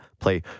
play